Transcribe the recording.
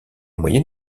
moyen